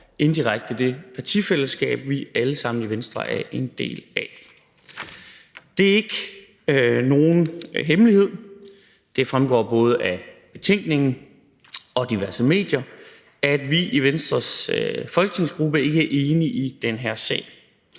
indirekte mod det partifællesskab, som vi i Venstre alle sammen er en del af. Det er ikke nogen hemmelighed – det fremgår både af betænkningen og af diverse medier – at vi i Venstres folketingsgruppe ikke er enige om den her sag.